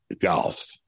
Golf